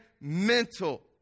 mental